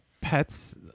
pets